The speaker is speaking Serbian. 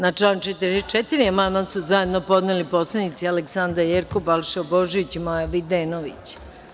Na član 44. amandman su zajedno podneli poslanici Aleksandra Jerkov, Balša Božović i Maja Videnović.